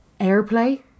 AirPlay